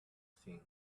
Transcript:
seen